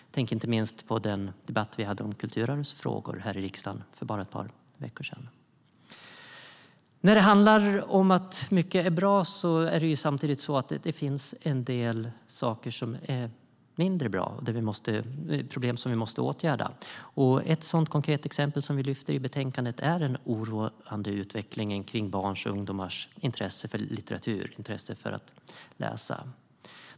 Jag tänker inte minst på den debatt vi hade om Kulturums frågor här i riksdagen för bara ett par veckor sedan. Även om mycket är bra finns det samtidigt en del saker som är mindre bra och problem som vi måste åtgärda. Ett konkret exempel som vi lyfter fram i betänkandet är den oroande utvecklingen kring barns och ungdomars intresse för litteratur, intresset för att läsa.